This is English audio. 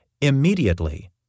Immediately